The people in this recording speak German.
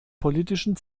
politischen